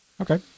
Okay